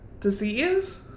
disease